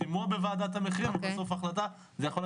שימוע בוועדת המחירים ובסוף החלטה.